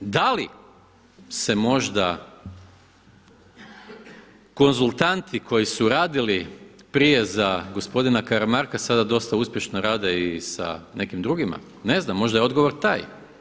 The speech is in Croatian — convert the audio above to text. Da li se možda konzultanti koji su radili prije za gospodina Karamarka sada dosta uspješno rade i sa nekim drugima, ne znam, možda je odgovor taj.